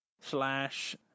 slash